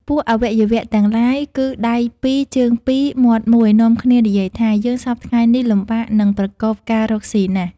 ពួកអវយវៈទាំងឡាយគឺដៃពីរជើងពីរ មាត់មួយ នាំគ្នានិយាយ ថា "យើងសព្វថ្ងៃនេះ លំបាកនឹងប្រកបការរកស៊ីណាស់" ។